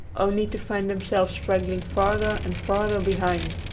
only to find themselves straggling farther and farther behind.